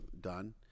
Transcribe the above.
done